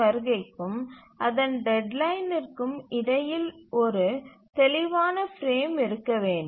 வருகைக்கும் அதன் டெட்லைனிற்கும் இடையில் ஒரு தெளிவான பிரேம் இருக்க வேண்டும்